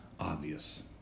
obvious